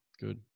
good